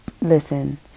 listen